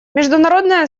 международное